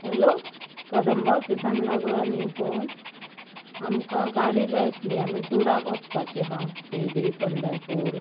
hello Kadamba ऑफिसान लागला न्ही फोन आमकां गाडी जाय आसली आमी टुराक वचपाची हा सिरडी पंडरपूर